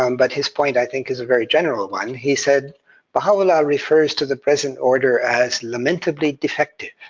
um but his point i think is a very general one. he said baha'u'llah refers to the present order as lamentably defective.